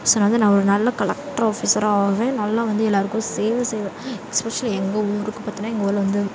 so நான் வந்து நான் ஒரு நல்ல கலெக்ட்ராஃபிஸராக ஆவேன் நல்லா வந்து எல்லாருக்கும் சேவை செய்வேன் எஸ்பெஷ்லி எங்கள் ஊருக்கு பார்த்தீன்னா எங்கள் ஊரில் வந்து